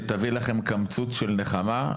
שתביא לכם קמצוץ של נחמה,